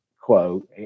quote